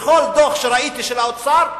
בכל דוח של האוצר שראיתי,